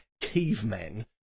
cavemen